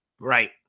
Right